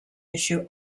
issue